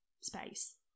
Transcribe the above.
space